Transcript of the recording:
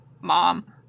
mom